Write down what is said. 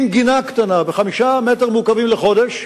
עם גינה קטנה, ב-5 מטר מעוקבים לחודש.